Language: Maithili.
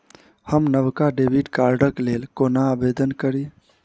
हम नवका डेबिट कार्डक लेल कोना आवेदन करी?